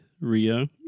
Rio